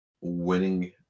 winning